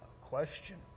question